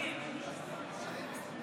מיקי, זהו,